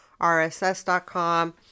rss.com